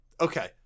okay